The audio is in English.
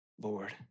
Lord